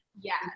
Yes